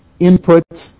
inputs